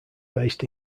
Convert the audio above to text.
based